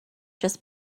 just